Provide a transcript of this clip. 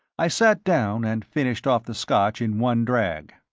i sat down and finished off the scotch in one drag.